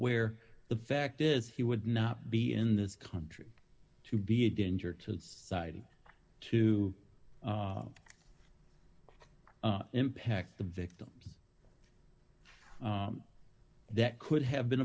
where the fact is he would not be in this country to be a danger to society to impact the victims that could have been